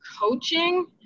coaching